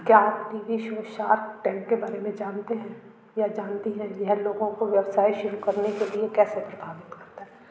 क्या आप TV show Shark Tank के बारे में जानते हैं या जानते हैं यह लोगों को व्यवसाय शुरू करने के लिए कैसे प्रभावित करता